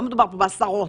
לא מדובר פה בעשרות,